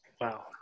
wow